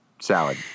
salad